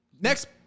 next